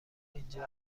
اینجا